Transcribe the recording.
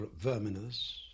verminous